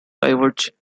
diverge